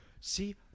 See